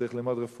צריך ללמוד רפואה,